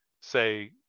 say